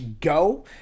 go